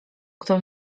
kto